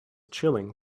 chilling